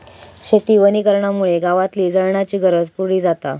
शेती वनीकरणामुळे गावातली जळणाची गरज पुरी जाता